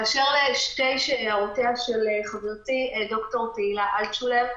באשר להערותיה של חברתי, ד"ר תהילה אלטשולר,